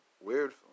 Weird